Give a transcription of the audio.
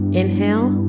inhale